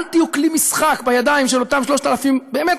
אל תהיו כלי משחק בידיים של אותם 3,000, באמת